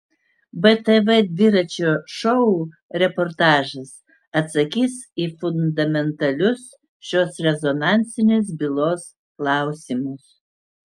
btv dviračio šou reportažas atsakys į fundamentalius šios rezonansinės bylos klausymus